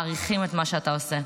מעריכים את מה שאתה עושה.